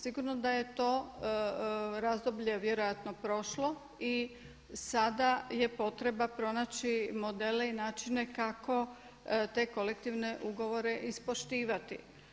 Sigurno oda je to razdoblje vjerojatno prošlo i sada je potreba pronaći modele i načine kako te kolektivne ugovore ispoštivati.